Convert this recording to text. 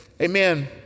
amen